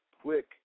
quick